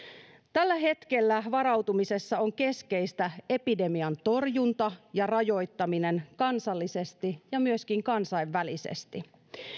tällä hetkellä varautumisessa on keskeistä epidemian torjunta ja rajoittaminen kansallisesti ja myöskin kansainvälisesti